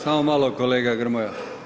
Samo malo kolega Grmoja.